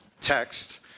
text